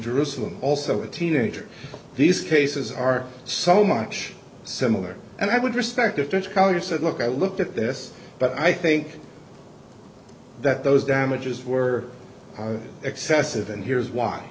jerusalem also a teenager these cases are so much similar and i would respect if such a collar said look i looked at this but i think that those damages were excessive and here's why